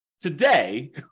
Today